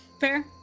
Fair